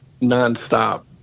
nonstop